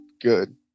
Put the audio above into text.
good